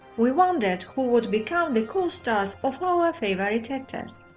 we wondered who would become the co-stars of our favorite actors.